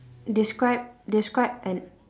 describe describe an